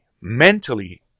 mentally